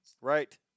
Right